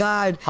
God